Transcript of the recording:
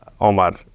Omar